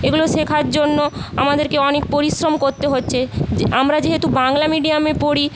এগুলো শেখার জন্য আমাদেরকে অনেক পরিশ্রম করতে হচ্ছে যে আমরা যেহেতু বাংলা মিডিয়ামে পড়ি